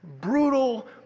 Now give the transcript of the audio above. brutal